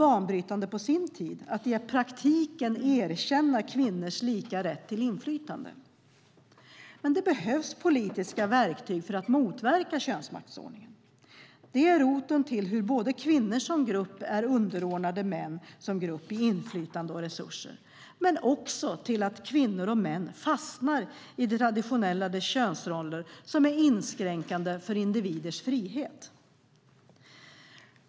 Att i praktiken erkänna kvinnors lika rätt till inflytande var banbrytande på sin tid. Det behövs politiska verktyg för att motverka könsmaktsordningen. Den är roten till hur kvinnor som grupp är underordnade män som grupp i fråga om inflytande och resurser men också till att kvinnor och män fastnar i traditionella könsroller som är inskränkande för individers frihet.